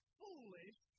foolish